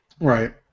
Right